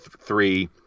three